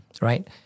right